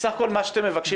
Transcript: תראה, אדוני היושב ראש.